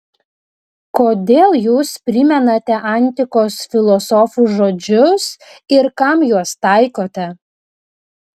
kodėl jūs primenate antikos filosofų žodžius ir kam juos taikote